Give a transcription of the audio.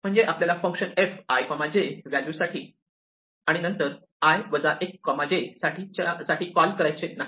म्हणजे आपल्याला function f i j value साठी आणि नंतर i 1 j साठी कॉल करायचे नाही